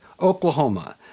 Oklahoma